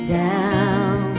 down